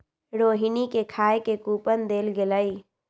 रोहिणी के खाए के कूपन देल गेलई